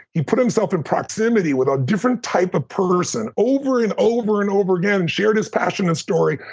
he put himself in proximity with a different type of person over and over and over again, and shared his passion and story,